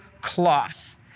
cloth